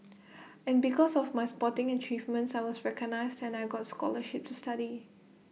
and because of my sporting achievements I was recognised and I got scholarships to study